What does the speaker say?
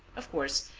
of course,